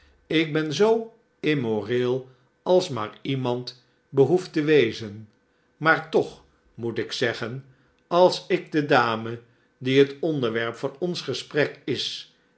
ik ben zoo immoreel als maar iemand behoeft te wezen maar toch moet ik zeggen als ik de dame die het onderwerp van ons gesprek is